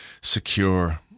secure